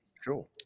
Sure